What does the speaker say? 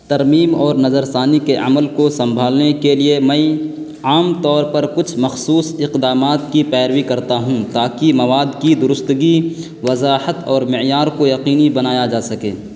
ترمیم اور نظرثانی کے عمل کو سنبھالنے کے لیے میں عام طور پر کچھ مخصوص اقدامات کی پیروی کرتا ہوں تاکہ مواد کی درستگی وضاحت اور معیار کو یقینی بنایا جا سکے